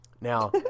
Now